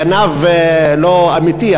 גנב לא אמיתי,